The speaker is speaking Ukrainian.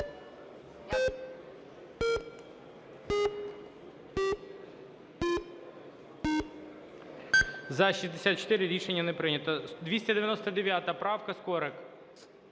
За-64 Рішення не прийнято. 299 правка, Скорик.